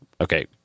Okay